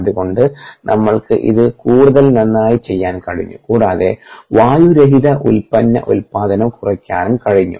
അത്കൊണ്ട് നമ്മൾക്ക് ഇത് കൂടുതൽ നന്നായി ചെയ്യാൻ കഴിഞ്ഞു കൂടാതെ വായുരഹിത ഉൽപന്ന ഉൽപാദനം കുറയ്ക്കാനും കഴിഞ്ഞു